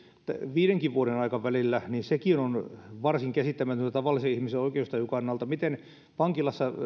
viidenkään vuoden aikavälillä on varsin käsittämätöntä tavallisen ihmisen oikeustajun kannalta miten vankilassa